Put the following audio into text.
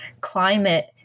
climate